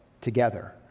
together